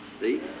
see